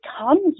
comes